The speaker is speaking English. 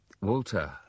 Walter